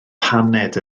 paned